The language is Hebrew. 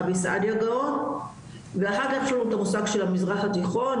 רבי סעדיה גאון ואחר כך שוב את המושג של המזרח התיכון,